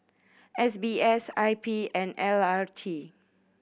S B S I P and L R T